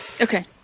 Okay